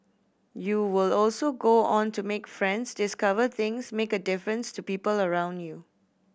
you will also go on to make friends discover things make a difference to people around you